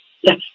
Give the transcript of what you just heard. Yes